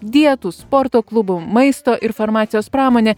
dietų sporto klubų maisto ir farmacijos pramonė